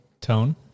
tone